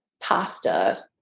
pasta